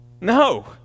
No